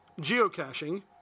Geocaching